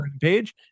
page